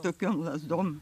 tokiom lazdom